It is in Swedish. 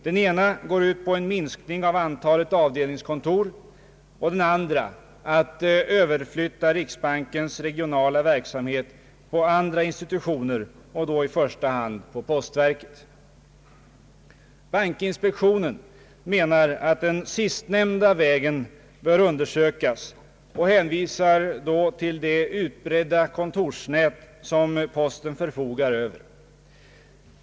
Den ena är att minska antalet avdelningskontor och den andra att överfiytta riksbankens regionala verksamhet på andra institutioner, då i första hand postverket. Bankinspektionen menar att den sistnämnda vägen bör undersökas och hänvisar till det utbredda kontorsnät som posten förfogar över.